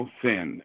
sin